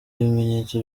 bimenyetso